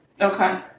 Okay